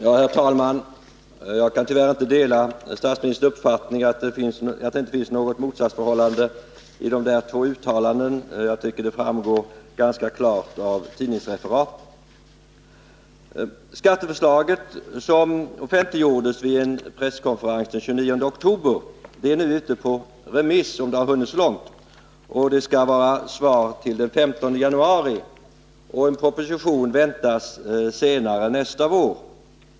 Herr talman! Jag kan tyvärr inte dela statsministerns uppfattning att det inte finns något motsatsförhållande mellan de två uttalandena. Jag tycker att det framgår ganska klart av tidningsreferatet. Skatteförslaget, som offentliggjordes vid en presskonferens den 29 oktober, är nu ute på remiss — om det hunnit så långt. Svaren skall vara inkomna till den 15 januari, och en proposition väntas i vår.